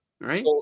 right